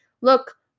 Look